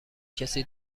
کسی